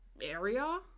area